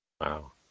Wow